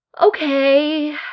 okay